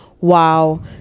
wow